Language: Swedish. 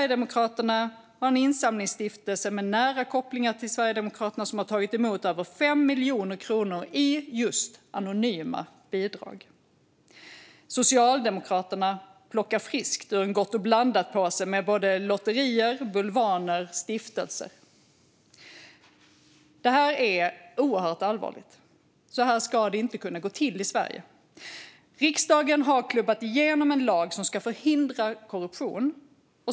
En insamlingsstiftelse med nära kopplingar till Sverigedemokraterna har tagit emot över 5 miljoner kronor i just anonyma bidrag. Socialdemokraterna plockar friskt ur en gott-och-blandat-påse med lotterier, bulvaner och stiftelser. Detta är oerhört allvarligt. Så här ska det inte kunna gå till i Sverige. Riksdagen har klubbat igenom en lag som ska förhindra korruption.